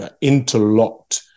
interlocked